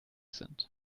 sind